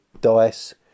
dice